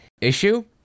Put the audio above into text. issue